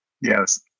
Yes